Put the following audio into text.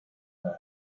book